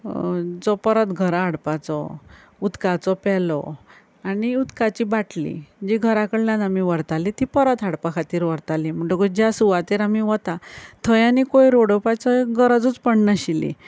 जो परत घरा हाडपाचो उदकाचो पेलो आनी उदकाची बाटली जी घरा कडल्यान आमी व्हरताली ती परत हाडपा खातीर व्हरताली म्हुणटकूच ज्या सुवातेर आमी वता थंय आनी कोयर उडोवपाचोय गरजूच पड नाशिल्ली